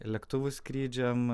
lėktuvų skrydžiams